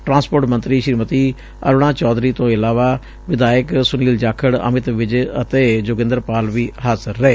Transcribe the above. transport ਮੰਤਰੀ ਸ੍ਰੀਮਤੀ ਅਰੁਣਾ ਚੋਧਰੀ ਤੋਂ ਇਲਾਵਾ ਵਿਧਾਇਕ ਸੁਨੀਲ ਜਾਖੜ ਅਮਿਤ ਵਿੱਜ ਅਤੇ ਜੋਗਿੰਦਰ ਪਾਲ ਵੀ ਹਾਜ਼ਰ ਰਹੇ